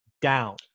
down